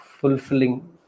fulfilling